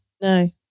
No